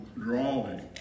drawing